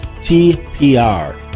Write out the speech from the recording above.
TPR